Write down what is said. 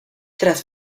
tras